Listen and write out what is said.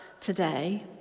today